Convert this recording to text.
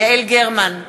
יעל גרמן,